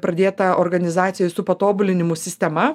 pradėta organizacijų su patobulinimu sistema